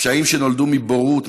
פשעים שנולדו מבורות,